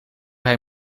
hij